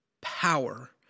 power